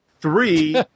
Three